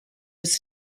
was